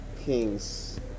kings